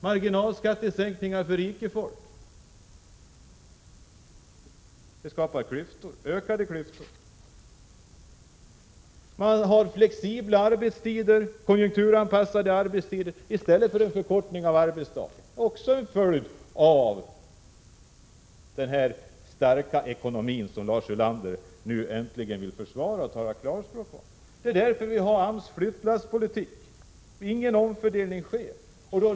Marginalskattesänkningarna är för rikefolk. De skapar ökade klyftor. Flexibla, konjunkturanpassade arbetstider i stället för en förkortning av arbetsdagen är också en följd av den starka ekonomi som Lars Ulander nu äntligen vill försvara och tala klarspråk om. Det är därför som AMS för flyttlasspolitik. Ingen omfördelning sker.